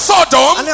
Sodom